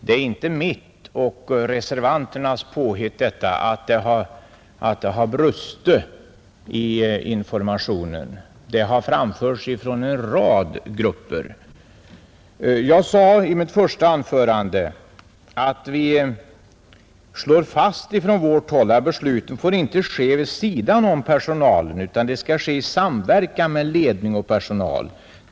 Det är varken mitt eller reservanternas påhitt att det har brustit i fråga om information. Det har framförts från en rad grupper. I mitt första anförande sade jag att vi från vårt håll slår fast att besluten inte får ske vid sidan om personalen utan under samverkan mellan ledning och personal.